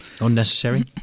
Unnecessary